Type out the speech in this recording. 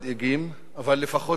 אבל לפחות זה עכשיו ביד.